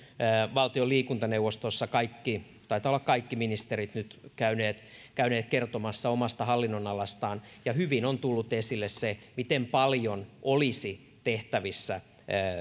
valtion liikuntaneuvostossa kaikki ministerit taitavat olla kaikki nyt käyneet käyneet kertomassa omasta hallinnonalastaan hyvin on tullut esille se miten paljon olisi tehtävissä